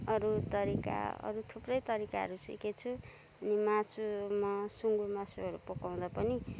अरू तरिका अरू थुप्रै तरिकाहरू सिकेको छु अनि मासुमा सुँगुर मासुहरू पकाउँदा पनि